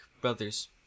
brothers